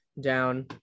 down